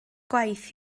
gwaith